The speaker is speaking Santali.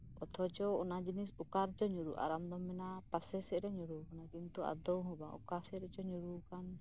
ᱚᱛᱷᱚᱪᱚ ᱚᱱᱟ ᱡᱤᱱᱤᱥ ᱚᱠᱟ ᱨᱮᱪᱚ ᱧᱩᱨᱦᱩᱜᱼ ᱟ ᱟᱨ ᱟᱢ ᱫᱚᱢ ᱢᱮᱱᱟ ᱯᱟᱥᱮ ᱥᱮᱜ ᱨᱮ ᱧᱩᱨᱩ ᱠᱟᱱᱟ ᱠᱤᱱᱛᱩ ᱟᱫᱚ ᱦᱚᱸ ᱵᱟᱝ ᱚᱠᱟ ᱥᱮᱪ ᱨᱮᱪᱚ ᱧᱩᱨᱩᱜ ᱠᱟᱱ